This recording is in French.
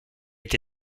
été